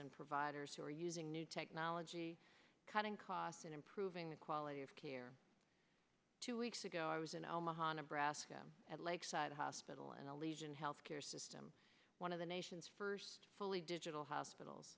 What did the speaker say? and providers who are using new technology cutting costs and improving the quality of care two weeks ago i was in omaha nebraska at lakeside hospital and a legion health care system one of the nation's first fully digital hospitals